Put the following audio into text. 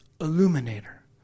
illuminator